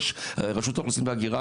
רשות האוכלוסין והאגירה,